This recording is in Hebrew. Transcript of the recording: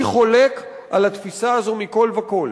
אני חולק על התפיסה הזאת מכול וכול.